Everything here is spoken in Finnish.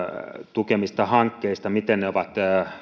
tukemista hankkeista miten ne ovat